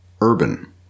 urban